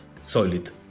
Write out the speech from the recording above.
solid